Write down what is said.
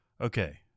okay